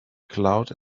cloud